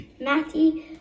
Matthew